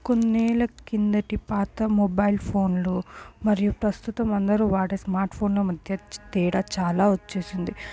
కొన్ని ఏళ్ళ కిందటి పాత మొబైల్ ఫోన్లు మరియు ప్రస్తుతం వాడే స్మార్ట్ ఫోన్ల మధ్య తేడా చాలా వచ్చేసింది